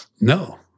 no